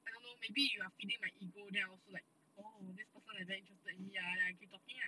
I don't know maybe you are feeding my ego then I also like oh this person like very interested in me ah then I keep talking lah